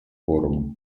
форума